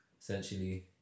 Essentially